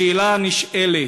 השאלה הנשאלת: